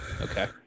okay